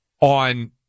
On